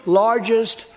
largest